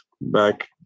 back